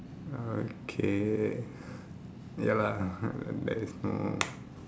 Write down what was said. okay ya lah there is no